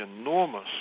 enormous